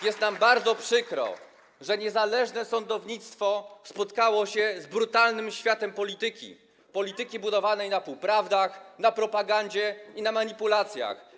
Jest nam bardzo przykro, że niezależne sądownictwo spotkało się z brutalnym światem polityki, polityki budowanej na półprawdach, na propagandzie i na manipulacjach.